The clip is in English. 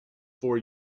for